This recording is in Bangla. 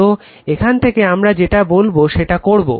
তো এখান থেকে আমরা যেটা বলবো সেটা করবো